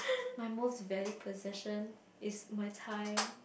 my most valued possession is my time